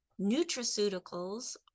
nutraceuticals